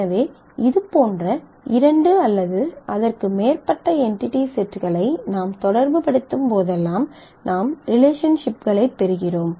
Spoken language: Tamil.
எனவே இது போன்ற இரண்டு அல்லது அதற்கு மேற்பட்ட என்டிடி செட்களை நாம் தொடர்புபடுத்தும்போதெல்லாம் நாம் ரிலேஷன்ஷிப்களைப் பெறுகிறோம்